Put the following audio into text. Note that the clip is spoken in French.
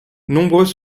nombreux